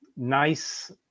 Nice